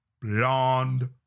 blonde